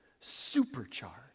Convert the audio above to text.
supercharged